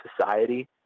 society